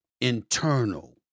internal